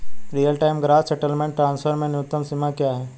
Real time gross settlement transfer में न्यूनतम सीमा क्या है?